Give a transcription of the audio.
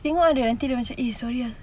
tengok ah dia nanti dia macam eh sorry ah